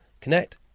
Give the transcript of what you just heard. Connect